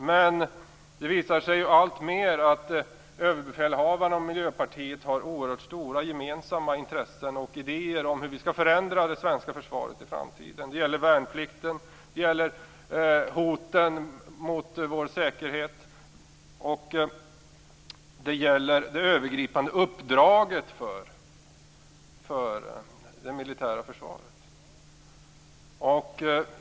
Men det visar sig ju allt mer att överbefälhavaren och Miljöpartiet har oerhört stora gemensamma intressen och idéer om hur vi skall förändra det svenska försvaret i framtiden. Det gäller värnplikten, det gäller hoten mot vår säkerhet och det gäller det övergripande uppdraget för det militära försvaret.